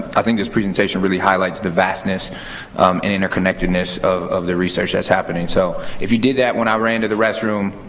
i think this presentation really highlights the vastness and interconnectedness of the research that's happening. so, if you did that when i ran to the restroom,